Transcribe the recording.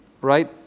right